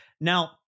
Now